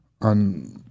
on